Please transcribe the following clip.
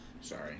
Sorry